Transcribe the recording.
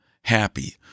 happy